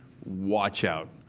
watch out.